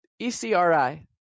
ECRI